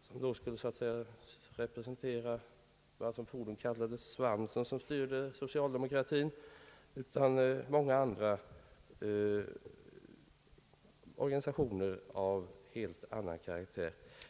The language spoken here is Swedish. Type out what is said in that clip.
som skulle representera vad som fordom kallades »svansen som styrde» socialdemokratin, utan till många andra organisationer av helt annan karaktär.